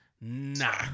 nah